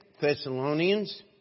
Thessalonians